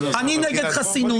אני נגד חסינות,